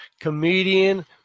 Comedian